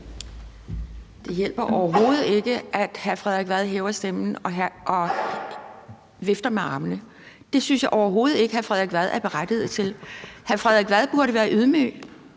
Det hjælper overhovedet ikke, at hr. Frederik Vad hæver stemmen og vifter med armene. Det synes jeg overhovedet ikke hr. Frederik Vad er berettiget til. Hr. Frederik Vad burde være ydmyg.